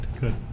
good